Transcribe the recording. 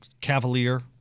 cavalier